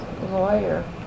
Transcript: lawyer